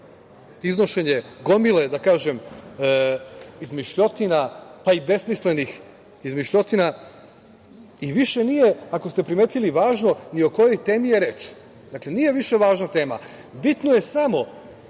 iznošenje gomile, da kažem, izmišljotina, pa i besmislenih izmišljotina i više nije, ako ste primetili važno ni o kojoj temi je reč. Dakle, nije više važna tema, bitno je samo